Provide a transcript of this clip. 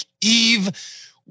Eve